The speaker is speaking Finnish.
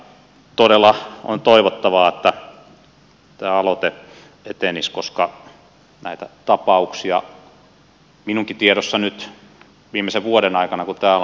todella on toivottavaa että tämä aloite etenisi koska näitä tapauksia on minunkin tiedossani nyt viimeisen vuoden aikana kun täällä olen ollut